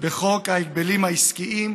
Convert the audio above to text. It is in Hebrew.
בחוק ההגבלים העסקיים,